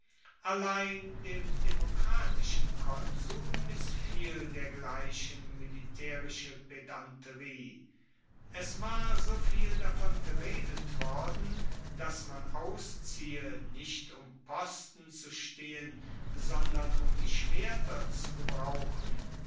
allein dem demokratischen konsul missfiel dergleichen militaerische pedanterie es war so viel davon geredet worden dass man ausziehe nicht um posten zu stehen sondern um die schwerter zu gebrauchen